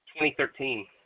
2013